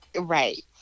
Right